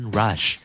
rush